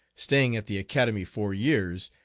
staying at the academy four years,